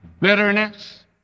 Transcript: bitterness